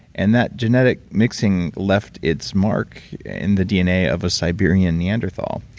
and that genetic mixing left its mark in the dna of a siberian neanderthal.